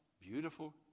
beautiful